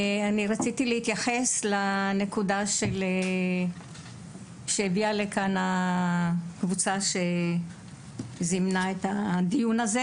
אני רציתי להתייחס לנקודה שהביאה לכאן הקבוצה שזימנה את הדיון הזה